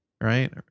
right